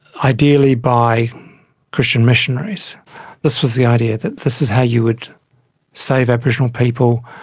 ideally by christian missionaries this was the idea that this is how you would save aboriginal people.